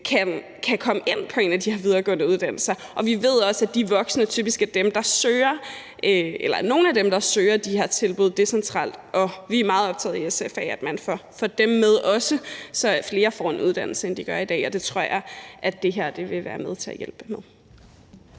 kan komme ind på en af de her videregående uddannelser. Vi ved også, at de voksne typisk er nogle af dem, der søger de her tilbud decentralt, og vi er i SF meget optaget af, at man også får dem med, så flere end i dag får en uddannelse, og det tror jeg det her vil være med til at hjælpe med.